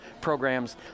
programs